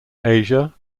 asia